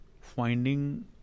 finding